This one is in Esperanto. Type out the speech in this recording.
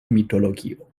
mitologio